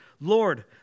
Lord